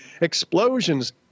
Explosions